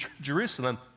Jerusalem